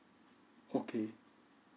okay